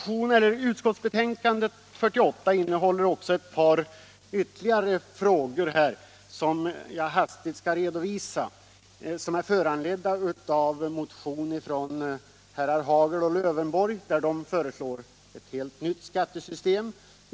I utskottsbetänkandet nr 48 behandlas en motion av herrar Hagel och Lövenborg där de föreslår ett helt nytt skattesystem. Jag skall hastigt redovisa hur utskottet behandlat den.